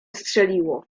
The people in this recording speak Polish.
strzeliło